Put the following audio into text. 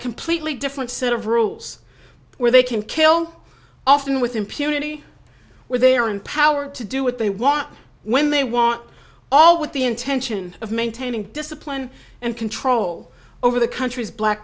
completely different set of rules where they can kill often with impunity where they are empowered to do what they want when they want all with the intention of maintaining discipline and control over the country's black